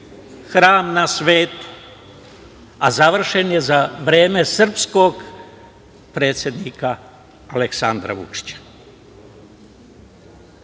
hram na svetu, a završen je za vreme srpskog predsednika Aleksandra Vučića.I